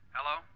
Hello